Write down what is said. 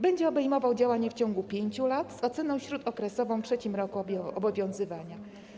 Będzie obejmował działania w ciągu 5 lat z oceną śródokresową w trzecim roku obowiązywania.